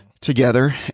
together